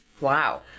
Wow